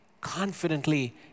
confidently